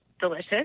delicious